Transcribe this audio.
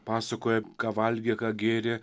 pasakoja ką valgė ką gėrė